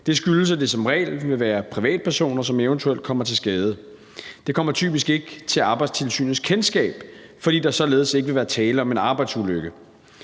Det skyldes, at det som regel vil være privatpersoner, som eventuelt kommer til skade. De kommer typisk ikke til Arbejdstilsynets kendskab, fordi der således ikke vil være tale om en arbejdsulykke.